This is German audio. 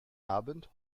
abend